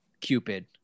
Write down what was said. Cupid